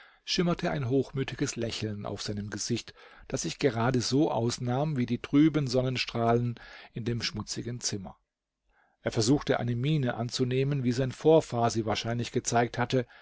schimmerte ein hochmütiges lächeln auf seinem gesicht das sich gerade so ausnahm wie die trüben sonnenstrahlen in dem schmutzigen zimmer er versuchte eine miene anzunehmen wie sein vorfahr sie wahrscheinlich gezeigt hatte